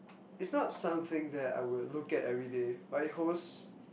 is not something that I would look at everyday but it holds